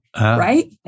right